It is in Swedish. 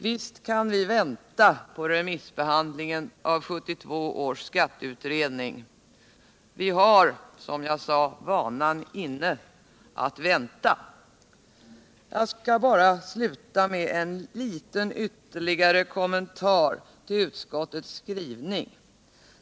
Visst kan vi vänta på remissbehandlingen av 1972 års skatteutredning — vi har, som jag sade, vanan inne att vänta! Jag skall sluta med bara en liten ytterligare kommentar till utskottets skrivning.